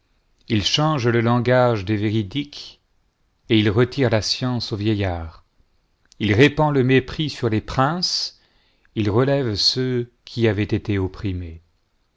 il change le langage des véridiques et il retire la science au vieillard il répand le mépiùs sur les princes il relève ceux qui avaient été opprimés